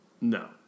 No